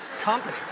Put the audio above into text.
company